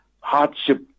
hardship